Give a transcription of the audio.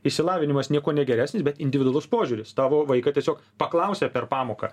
išsilavinimas niekuo negeresnis bet individualus požiūris tavo vaiką tiesiog paklausia per pamoką